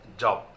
job